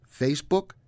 Facebook